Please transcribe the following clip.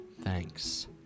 Thanks